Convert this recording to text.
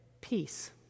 peace